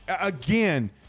Again